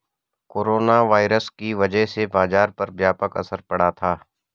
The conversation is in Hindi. कोरोना वायरस की वजह से बाजार पर व्यापक असर पड़ा था